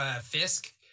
Fisk